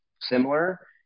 similar